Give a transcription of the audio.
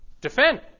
defend